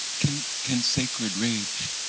can can sacred rage